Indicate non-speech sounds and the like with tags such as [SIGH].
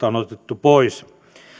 [UNINTELLIGIBLE] on on otettu arkkipiispalta pois